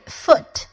foot